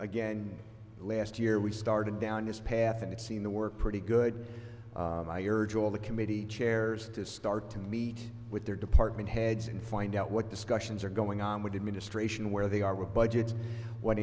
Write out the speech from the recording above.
again last year we started down this path and it seemed to work pretty good i urge all the committee chairs to start to meet with their department heads and find out what discussions are going on with administration where they are with budgets wh